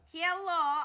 Hello